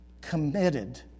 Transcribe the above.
committed